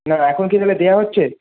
না এখন কি তাহলে দেওয়া হচ্ছে